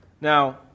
Now